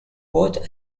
both